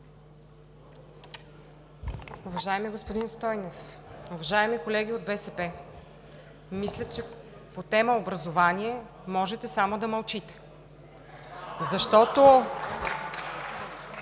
Уважаеми господин Стойнев, уважаеми колеги от БСП! Мисля, че по тема образование можете само да мълчите